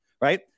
right